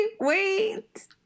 wait